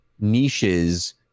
niches